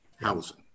housing